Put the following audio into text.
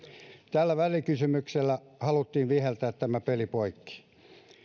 tällä välikysymyksellä haluttiin viheltää tämä peli poikki